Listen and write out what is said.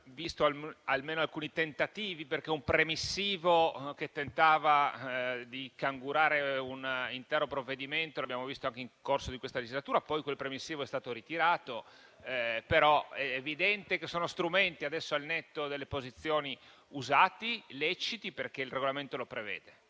viste, almeno alcuni tentativi, perché un premissivo che tentava di cangurare un intero provvedimento lo abbiamo visto anche nel corso di questa legislatura. Poi quel premissivo è stato ritirato; però è evidente, al netto delle posizioni, che sono strumenti usati e leciti, perché il Regolamento li prevede.